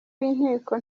w’inteko